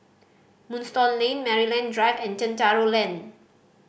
Moonstone Lane Maryland Drive and Chencharu Lane